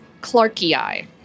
clarkii